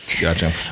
gotcha